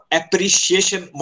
appreciation